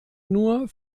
nur